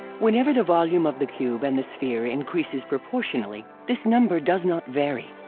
whenever the volume of the cube and the sphere increases proportionally, this number does not vary.